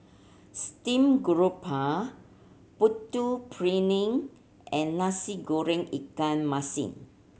steamed garoupa Putu Piring and Nasi Goreng ikan masin